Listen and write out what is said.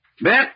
Bet